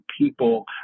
people